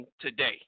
Today